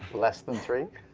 less than three?